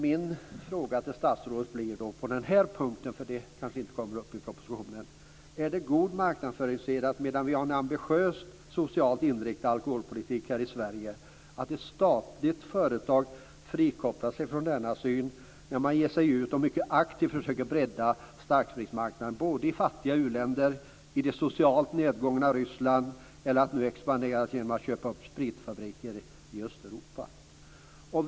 Min fråga till statsrådet på den här punkten blir, för det kanske inte kommer upp i propositionen: Är det god marknadsföringssed att ett statligt företag, medan vi har en ambitiöst socialt inriktad alkoholpolitik i Sverige, frikopplas från denna syn, att man ger sig ut och mycket aktivt försöker bredda starkspritsmarknaden både i fattiga u-länder och i det socialt nedgångna Ryssland eller expanderar genom att köpa upp spritfabriker i Östeuropa?